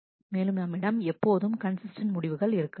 மேலும் நம்மிடம் எப்போதும் கன்சிஸ்டன்ட் முடிவுகள் இருக்கலாம்